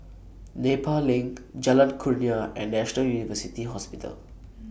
Nepal LINK Jalan Kurnia and National University Hospital